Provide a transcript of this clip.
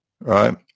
right